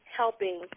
helping